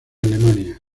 alemania